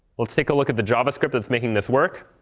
let's take a look at the javascript that's making this work.